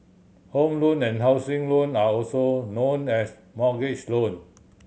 Home Loan and housing loan are also known as mortgage loan